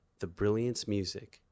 thebrilliancemusic